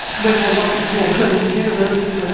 whether or not it's an alternative universe is ah